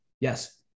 yes